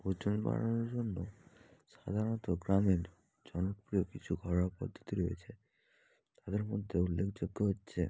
ওজন বাড়ানোর জন্য সাধারণত গ্রামীণ জনপ্রিয় কিছু ঘরোয়া পদ্ধতি রয়েছে তাদের মধ্যে উল্লেখযোগ্য হচ্ছে